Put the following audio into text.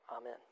Amen